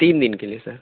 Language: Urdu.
تین دِن کے لئے سر